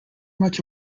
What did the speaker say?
much